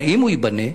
אם הוא ייבנה,